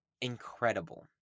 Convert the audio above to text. incredible